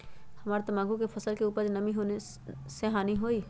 हमरा तंबाकू के फसल के का कम नमी से हानि होई?